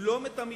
תבלום את המיתון,